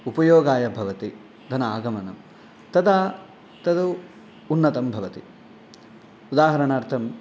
उपयोगाय भवति धनम् आगमनं तदा तद् उन्नतं भवति उदाहरणार्थम्